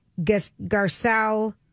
Garcelle